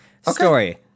Story